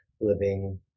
living